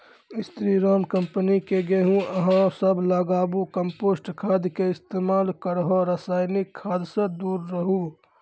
स्री Ram company के गेहूँ अहाँ सब लगाबु कम्पोस्ट खाद के इस्तेमाल करहो रासायनिक खाद से दूर रहूँ?